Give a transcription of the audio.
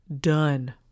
done